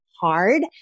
hard